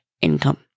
income